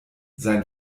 sein